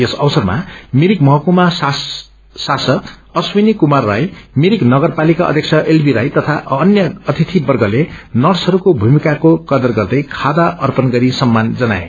यस अवसरमामिरिकमहक्रमा शासकअश्विनीकूमारराय मिरिकनगरपालिका अध्यक्ष एलबीराईतथाअ अन्य अतिथिक्गलेनर्सहरूकोभूमिकाक्रेकदरगर्दै खदाअर्पणगरीसम्मानजनाए